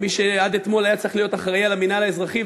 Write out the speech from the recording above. כמי שעד אתמול היה צריך להיות אחראי למינהל האזרחי,